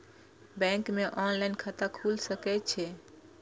Bank में online खाता खुल सके छे?